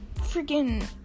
freaking